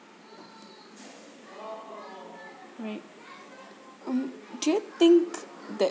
right um do you think that